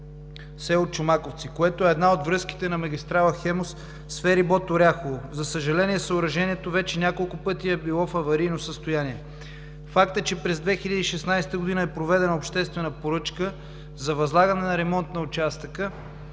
село Чомаковци, което е една от връзките на магистрала „Хемус“ с ферибот „Оряхово“. За съжаление, съоръжението вече няколко пъти е било в аварийно състояние. Факт е, че през 2016 г. е проведена обществена поръчка за възлагане на ремонт на участъка.